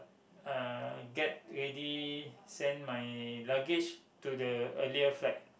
uh get ready send my luggage to the earlier flight